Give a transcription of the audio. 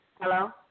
Hello